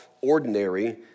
ordinary